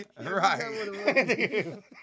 Right